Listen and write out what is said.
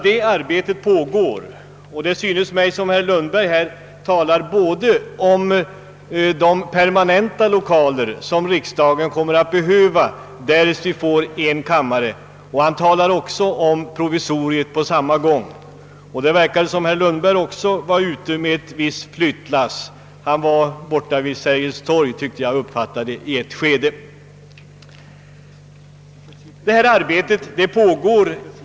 Detta arbete pågår, och det synes mig som om herr Lundberg här samtidigt talade både om de permanenta lokaler som riksdagen kommer att behöva, därest vi får en kammare, och om provisoriet. Det verkade också som om herr Lundberg redan nu var ute med ett visst flyttlass; han var borta vid Sergels torg, tyckte jag att jag uppfattade i ett skede av hans anförande!